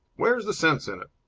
where's the sense in it?